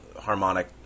harmonic